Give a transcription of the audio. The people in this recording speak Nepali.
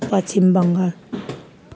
पश्चिम बङ्गाल